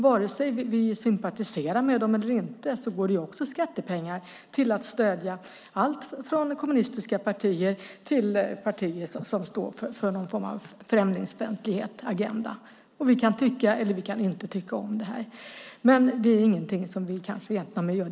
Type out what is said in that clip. Vare sig vi sympatiserar med dem eller inte går det också skattepengar till att stödja allt från kommunistiska partier till partier som står för någon form av främlingsfientlig agenda. Vi kan tycka om det här eller inte.